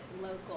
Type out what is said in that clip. local